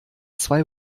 zwei